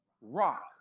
rock